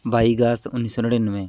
ਬਾਈ ਅਗਸਤ ਉੱਨੀ ਸੌ ਨੜਿਨਵੇਂ